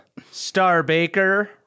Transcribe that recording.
Starbaker